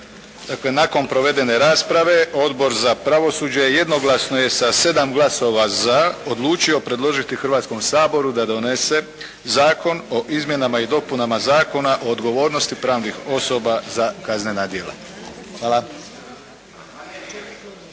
nakon provedene rasprave Odbor za pravosuđe jednoglasno je sa 7 glasova za, odlučio predložiti Hrvatskom saboru da donese Zakon o izmjenama i dopunama Zakona o odgovornosti pravnih osoba za kaznena djela. Hvala.